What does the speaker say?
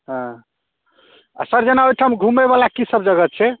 हँ आ सर जेना ओहिठाम घुमै बला की सभ जगह छै